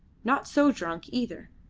not so drunk, either.